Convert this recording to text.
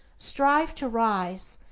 strive to rise,